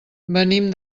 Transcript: venim